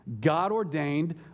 God-ordained